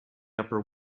upper